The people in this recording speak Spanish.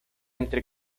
entre